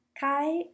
Kai